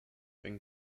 and